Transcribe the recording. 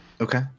okay